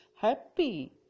happy